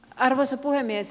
arvoisa puhemies